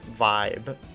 vibe